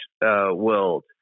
world